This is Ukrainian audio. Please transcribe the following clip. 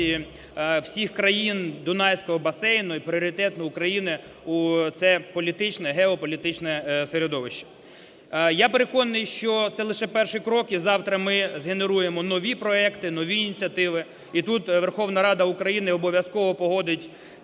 всіх країн Дунайського басейну і пріоритет для України у це політичне, геополітичне середовище. Я переконаний, що це лише перші кроки, і завтра ми згенеруємо нові проекти, нові ініціативи. І тут Верховна Рада України обов'язково погодить